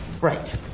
right